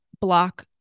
block